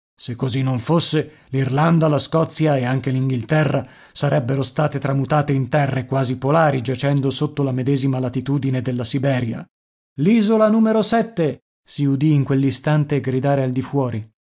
se così non fosse l'irlanda la scozia e anche l'inghilterra sarebbero state tramutate in terre quasi polari giacendo sotto la medesima latitudine della iberia isola si udì in quell'istante gridare al di fuori